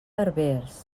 herbers